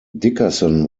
dickerson